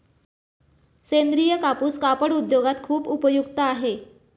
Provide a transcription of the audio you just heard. सेंद्रीय कापूस कापड उद्योगात खूप उपयुक्त आहे